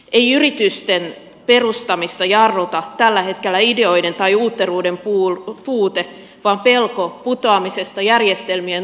ei yritysten perustamista jarruta tällä hetkellä ideoiden tai uutteruuden puute vaan pelko putoamisesta järjestelmien ulkopuolelle